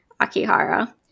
Akihara